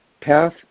path